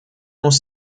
muss